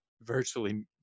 virtually